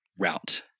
route